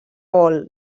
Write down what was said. vol